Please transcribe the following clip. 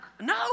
No